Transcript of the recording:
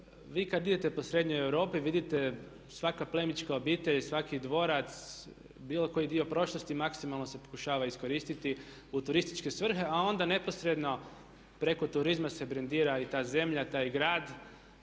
Vi kada idete po srednjoj Europi vidite, svaka plemićka obitelj i svaki dvorac, bilo koji dio prošlosti maksimalno se pokušava iskoristiti u turističke svrhe a ona neposredno preko turizma se brendira i ta zemlja, taj grad.